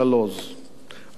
אדוני יושב-ראש הכנסת,